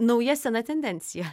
nauja sena tendencija